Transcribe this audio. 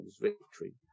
Victory